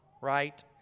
right